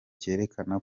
cyerekana